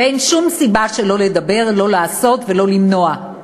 ואין שום סיבה שלא לדבר, לא לעשות ולא למנוע.